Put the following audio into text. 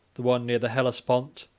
the one near the hellespont,